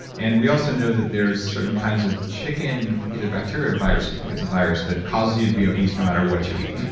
and we also know that there's certain kinds of chicken, either bacteria or virus, i think it's a virus that causes you to be obese no matter what you eat.